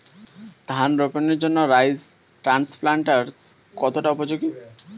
ধান রোপণের জন্য রাইস ট্রান্সপ্লান্টারস্ কতটা উপযোগী?